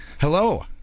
Hello